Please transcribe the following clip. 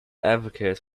advocate